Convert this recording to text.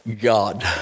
God